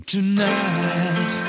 Tonight